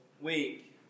week